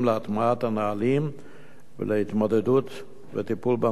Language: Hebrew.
להטמעת הנהלים ולהתמודדות וטיפול בנושא.